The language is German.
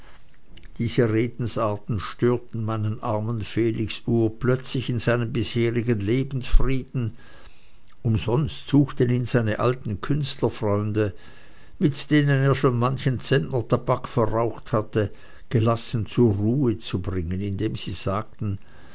diese redensarten störten meinen armen felix urplötzlich in seinem bisherigen lebensfrieden umsonst suchten ihn seine alten künstlerfreunde mit denen er schon manchen zentner tabak verraucht hatte gelassen zur ruhe zu bringen indem sie sagten